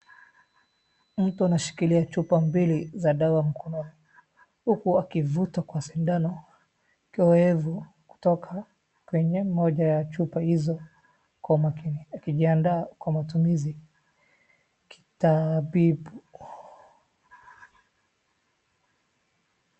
Mtu anashikilia chupa mbili za dawa mkononi. Huku akivuta kwa sindano kioevu kutoka kwenye moja ya chupa hizo kwa makini, akijianda kwa matumizi ya kimatibabu.